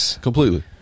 Completely